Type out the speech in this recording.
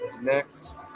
next